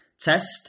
Test